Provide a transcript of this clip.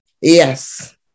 Yes